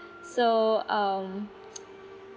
so um